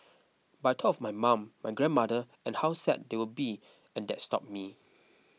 but I thought of my mum my grandmother and how sad they would be and that stopped me